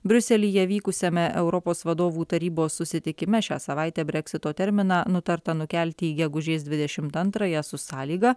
briuselyje vykusiame europos vadovų tarybos susitikime šią savaitę breksito terminą nutarta nukelti į gegužės dvidešimt antrąją su sąlyga